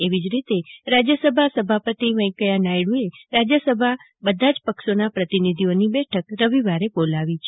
એવી જ રીતે રાજ્યસભા સભાપતિ વેંકૈયા નાયડુએ રાજ્યસભા બધા જ પક્ષોનાં પ્રતિનિધીઓની બેઠક રવિવારે બોલાવી છે